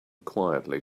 quietly